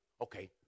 Okay